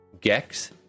Gex